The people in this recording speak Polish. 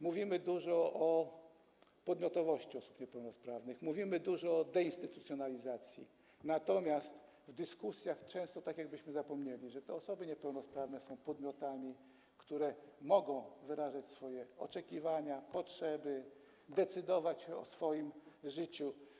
Mówimy dużo o podmiotowości osób niepełnosprawnych, mówimy dużo o deinstytucjonalizacji, natomiast w dyskusjach często zachowujemy się tak, jakbyśmy zapomnieli, że osoby niepełnosprawne są podmiotami, które mogą wyrażać swoje oczekiwania, potrzeby, decydować o swoim życiu.